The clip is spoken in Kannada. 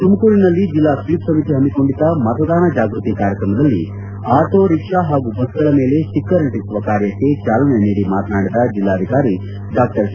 ತುಮಕೂರಿನಲ್ಲಿ ಜಿಲ್ಲಾ ಸ್ವೀಪ್ ಸಮಿತಿ ಹಮ್ಮಿಕೊಂಡಿದ್ದ ಮತದಾನ ಜಾಗೃತಿ ಕಾರ್ಯಕ್ರಮದಲ್ಲಿ ಆಟೋ ರಿಕ್ಷಾ ಪಾಗೂ ಬಸ್ಗಳ ಮೇಲೆ ಸ್ಟಿಕರ್ ಅಂಟಿಸುವ ಕಾರ್ಯಕ್ಕೆ ಚಾಲನೆ ನೀಡಿ ಮಾತನಾಡಿದ ಜಿಲ್ಲಾಧಿಕಾರಿ ಡಾ ಕೆ